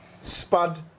Spud